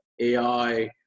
AI